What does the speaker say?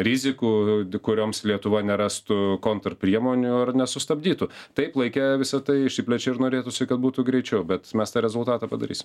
rizikų kurioms lietuva nerastų kontrpriemonių ar nesustabdytų taip laike visa tai išsiplečia ir norėtųsi kad būtų greičiau bet mes tą rezultatą padarys